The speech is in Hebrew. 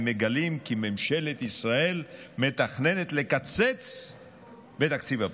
הם מגלים כי ממשלת ישראל מתכננת לקצץ בתקציב הבריאות.